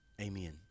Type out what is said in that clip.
Amen